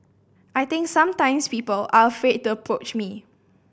I think sometimes people are afraid to approach me